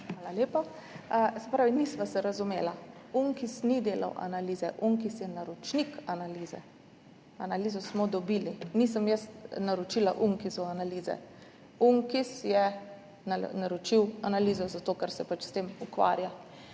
Hvala lepa. Nisva se razumela. UNKIZ ni delal analize, UNKIZ je naročnik analize. Analizo smo dobili, nisem jaz naročila analize UNKIZ-u, UNKIZ je naročil analizo zato, ker se pač s tem ukvarja.